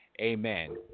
Amen